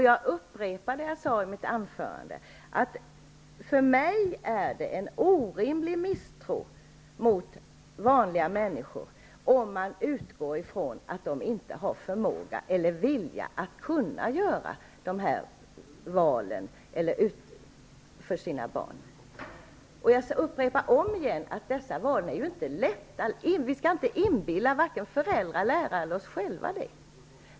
Jag upprepar det jag sade i mitt anförande: För mig är det en orimlig misstro mot vanliga människor om man utgår från att de inte har förmåga eller vilja att göra dessa val för sina barn. Jag upprepar omigen att dessa val inte är lätta. Det skall vi inte inbilla varken föräldrar, lärare eller oss själva.